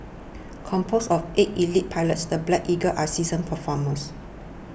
composed of eight elite pilots the Black Eagles are seasoned performers